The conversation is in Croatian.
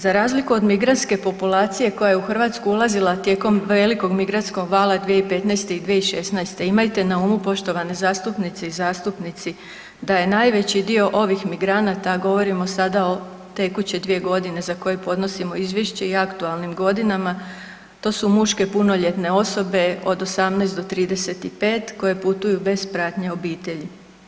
Za razliku od migrantske populacije koja je u Hrvatsku ulazila tijekom velikog migrantskog vala 2015. i 2106. imajte na umu poštovane zastupnice i zastupnici da je najveći dio ovih migranata govorimo sada o tekuće dvije godine za koje podnosimo izvješće i aktualnim godinama, to su muške punoljetne osobe od 18 do 35 koje putuju bez pratnje obitelji.